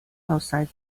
outside